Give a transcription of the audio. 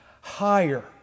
higher